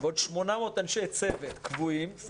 ועוד 800 אנשי צוות קבועים,